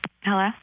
hello